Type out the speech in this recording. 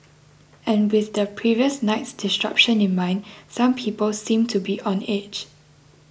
and with the previous night's disruption in mind some people seemed to be on edge